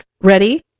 ready